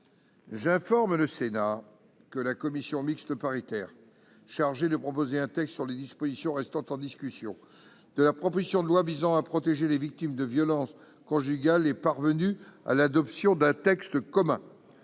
J'informe le Sénat que la commission mixte paritaire chargée de proposer un texte sur les dispositions restant en discussion de la proposition de loi visant à protéger les victimes de violences conjugales est parvenue à l'adoption d'un texte commun.